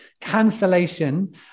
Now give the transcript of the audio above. cancellation